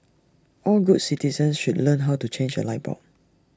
all good citizens should learn how to change A light bulb